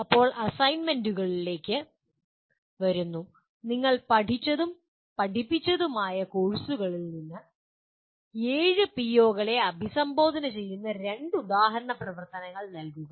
ഇപ്പോൾ അസൈൻമെന്റുകളിലേക്ക് വരുന്നു നിങ്ങൾ പഠിപ്പിച്ചതും പഠിച്ചതുമായ കോഴ്സുകളിൽ നിന്ന് ഈ 7 പിഒകളെ അഭിസംബോധന ചെയ്യുന്ന രണ്ട് ഉദാഹരണ പ്രവർത്തനങ്ങൾ നൽകുക